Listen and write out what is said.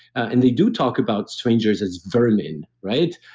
and they do talk about strangers as vermin, right?